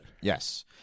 Yes